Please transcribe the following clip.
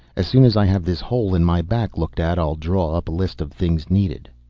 as soon as i have this hole in my back looked at i'll draw up a list of things needed.